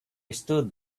stood